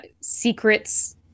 secrets